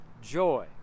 joy